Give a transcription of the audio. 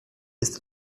ist